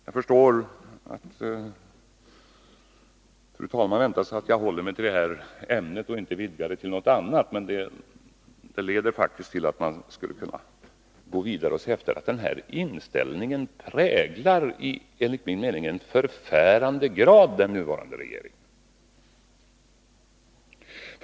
Jag förstår att fru talmannen väntar sig att jag håller mig till ämnet och inte utvidgar det till något annat, men jag kan inte underlåta att säga att inställningen i den här frågan i förfärande grad präglar den nuvarande regeringen.